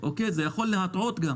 וזה יכול להטעות.